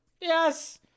Yes